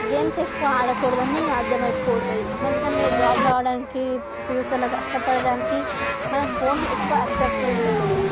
games ఎక్కువ ఆడకూడదని అర్థమైపోతుంది ఎందుకంటే జాబ్ రావడానికి ఫ్యూచర్లో కష్టపడడానికి మనం ఫోన్ ఎక్కువ అట్రాక్ట్ అయి ఉండకూడదు